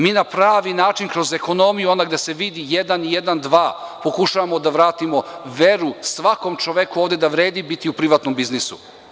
Mi na pravi način, kroz ekonomiju, gde se vidi da su jedan i jedan dva, pokušavamo da vratimo veru svakom čoveku da vredi biti u privatnom biznisu.